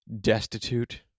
destitute